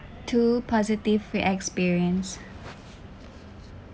two positive experience